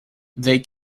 they